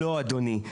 ולא, אדוני.